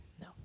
no